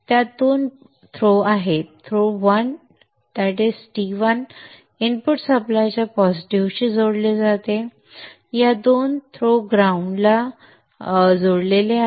त्यात दोन थ्रो आहेत थ्रो वन T1 इनपुट सप्लायच्या पॉझिटिव्हशी जोडलेले आहे थ्रो दोन ग्राउंड ला जोडलेले आहे